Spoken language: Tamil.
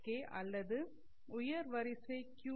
கே அல்லது உயர் வரிசை கியூ